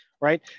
right